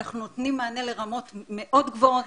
אנחנו נותנים מענה לרמות מאוד גבוהות.